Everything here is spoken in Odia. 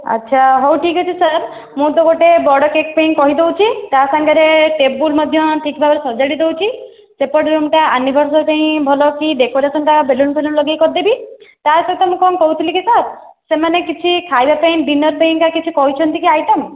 ଆଚ୍ଛା ହେଉ ଠିକ ଅଛି ସାର୍ ମୁଁ ତ ଗୋଟିଏ ବଡ଼ କେକ୍ ପାଇଁ କହିଦେଉଛି ତା ସାଙ୍ଗରେ ଟେବଲ୍ ମଧ୍ୟ ଠିକ ଭାବେ ସଜାଡ଼ି ଲ୍ଉଛି ସେପଟ ରୁମ୍ଟା ଆନିବର୍ଷରୀ ପାଇଁ ଭଲକି ଡେକୋରେସନ୍ଟା ବେଲୁନ ଫେଲୁନ ଲଗାଇକି କରିଦେବି ତା'ସହିତ ମୁଁ କ'ଣ କହୁଥିଲି କି ସାର୍ ସେମାନେ କିଛି ଖାଇବା ପାଇଁ ଡିନର୍ ପାଇଁକା କିଛି କହିଛନ୍ତି କି ଆଇଟମ୍